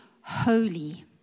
holy